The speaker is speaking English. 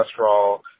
cholesterol